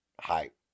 hype